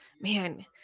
Man